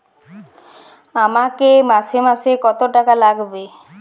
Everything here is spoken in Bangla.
আমাকে মাসে মাসে কত টাকা লাগবে?